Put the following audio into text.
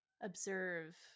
Observe